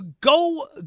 go